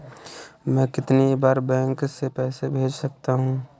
मैं कितनी बार बैंक से पैसे भेज सकता हूँ?